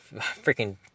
freaking